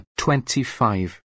25